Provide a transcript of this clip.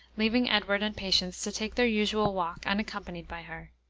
leaving edward and patience to take their usual walk unaccompanied by her.